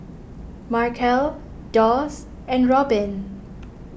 Markel Doss and Robbin